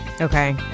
Okay